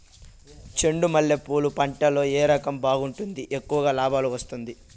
చెండు మల్లె పూలు పంట లో ఏ రకం బాగుంటుంది, ఎక్కువగా లాభాలు వస్తుంది?